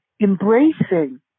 embracing